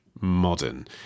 modern